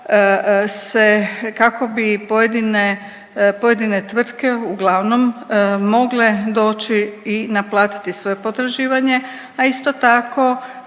kako bi pojedine tvrtke uglavnom mogle doći i naplatiti svoje potraživanje, a isto tako